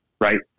right